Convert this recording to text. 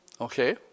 okay